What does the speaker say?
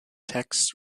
texts